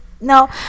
No